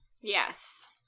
Yes